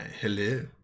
hello